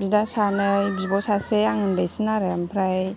बिब' सासे आं उन्दैसिन आरो ओमफ्राय